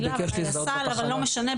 אבל לא משנה,